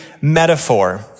metaphor